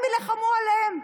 הם יילחמו עליהם?